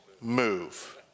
move